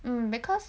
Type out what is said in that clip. mm because